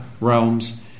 realms